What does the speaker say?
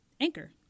Anchor